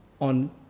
on